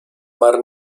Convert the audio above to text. mar